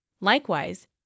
Likewise